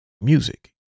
music